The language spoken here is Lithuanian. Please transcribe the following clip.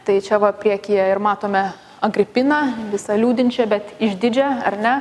tai čia va priekyje ir matome agripiną visa liūdinčią bet išdidžią ar ne